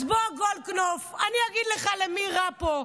אז בוא, גולדקנופ, אני אגיד לך למי רע פה.